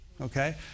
Okay